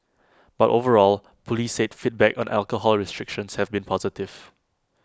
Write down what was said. but overall Police said feedback on the alcohol restrictions has been positive